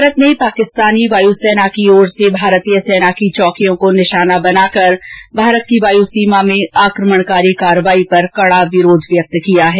भारत ने पाकिस्तानी वायु सेना की ओर से भारतीय सेना की चौकियों को निशाना बनाकर भारत की वायू सीमा में आक्रमणकारी कार्रवाई पर कड़ा विरोध व्यक्त किया है